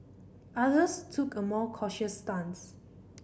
others took a more cautious stance